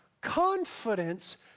Confidence